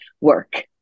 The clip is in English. work